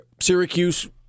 Syracuse